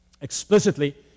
Explicitly